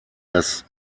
das